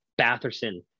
Batherson